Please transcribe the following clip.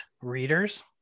readers